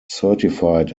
certified